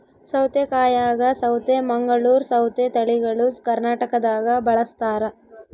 ಸೌತೆಕಾಯಾಗ ಸೌತೆ ಮಂಗಳೂರ್ ಸೌತೆ ತಳಿಗಳು ಕರ್ನಾಟಕದಾಗ ಬಳಸ್ತಾರ